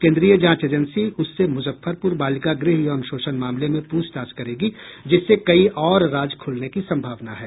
केन्द्रीय जांच एजेंसी उससे मुजफ्फरपुर बालिका गृह यौन शोषण मामले में पूछताछ करेगी जिससे कई और राज खुलने की संभावना है